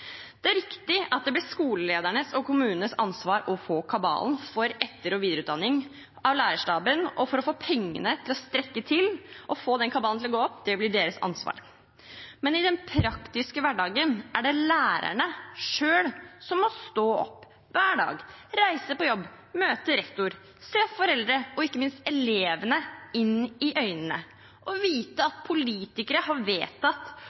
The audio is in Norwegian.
Det er riktig at det blir skoleledernes og kommunenes ansvar å få kabalen etter- og videreutdanning av lærerstaben og å få pengene til å strekke til til å gå opp. Det blir deres ansvar. Men i den praktiske hverdagen er det lærerne selv som hver dag må stå opp, reise på jobb, møte rektor, se foreldre og ikke minst elevene inn i øynene og vite at politikere har vedtatt